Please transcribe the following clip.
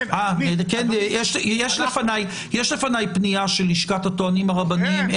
יש לפניי פנייה של לשכת הטוענים הרבניים,